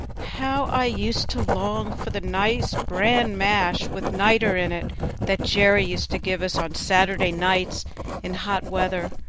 how i used to long for the nice bran mash with niter in it that jerry used to give us on saturday nights in hot weather,